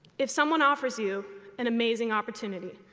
if someone offers you an amazing opportunity,